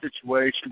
situation